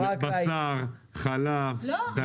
בשר, חלב, דגים.